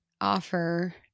offer